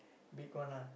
big one ah